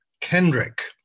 Kendrick